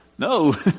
No